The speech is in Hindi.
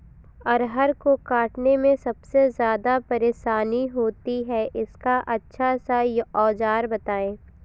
अरहर को काटने में सबसे ज्यादा परेशानी होती है इसका अच्छा सा औजार बताएं?